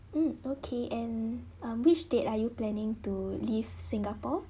mm okay and um which date are you planning to leave singapore